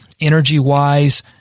energy-wise